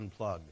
unplug